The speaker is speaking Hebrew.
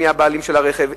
מי הבעלים של הרכב,